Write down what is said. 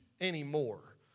anymore